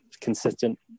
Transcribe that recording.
consistent